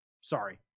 Sorry